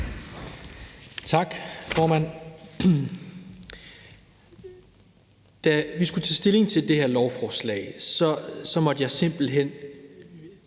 Tak, formand. Da vi skulle tage stilling til det her lovforslag, måtte jeg simpelt hen